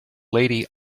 lady